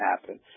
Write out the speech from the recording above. happen